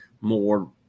more